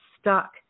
stuck